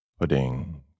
Pudding